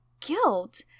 guilt